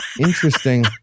Interesting